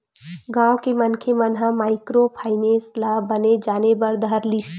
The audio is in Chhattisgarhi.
गाँव के मनखे मन ह माइक्रो फायनेंस ल बने जाने बर धर लिस